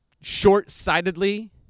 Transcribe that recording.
short-sightedly